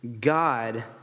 God